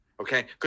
Okay